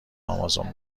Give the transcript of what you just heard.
آمازون